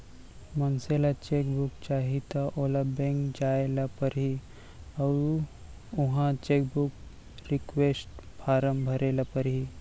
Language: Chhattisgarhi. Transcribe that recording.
मनसे ल चेक बुक चाही त ओला बेंक जाय ल परही अउ उहॉं चेकबूक रिक्वेस्ट फारम भरे ल परही